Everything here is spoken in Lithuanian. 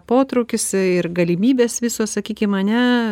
potraukis ir galimybės visos sakykim ane